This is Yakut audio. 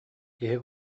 киһи